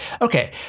Okay